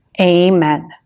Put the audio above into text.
Amen